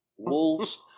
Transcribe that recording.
Wolves